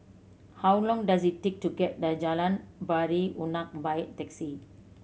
how long does it take to get to Jalan Pari Unak by taxi